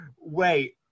wait